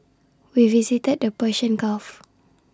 we visited the Persian gulf